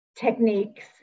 techniques